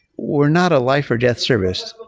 we're not a life or death service,